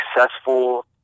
successful